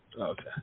Okay